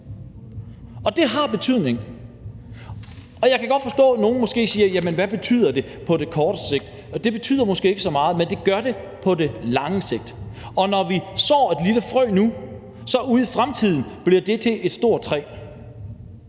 Og det har betydning. Og jeg kan godt forstå, at nogle måske spørger, hvad det betyder på kort sigt. Det betyder måske ikke så meget, men det gør det på lang sigt. Og når vi sår et lille frø nu, bliver det ude i fremtiden til et stort træ.